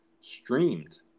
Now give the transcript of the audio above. streamed